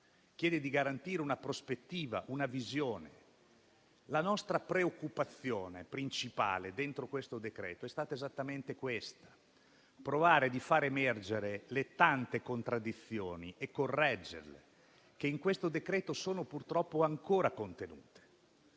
chiede di garantire una prospettiva, una visione. La nostra preoccupazione principale dentro questo decreto è stata esattamente questa: provare a far emergere e correggere le tante contraddizioni che in questo decreto sono purtroppo ancora contenute.